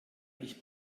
ich